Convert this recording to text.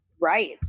Right